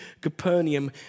Capernaum